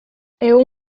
egun